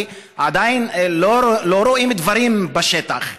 כי עדיין לא רואים דברים בשטח.